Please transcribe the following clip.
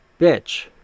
bitch